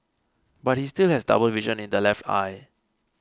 but he still has double vision in the left eye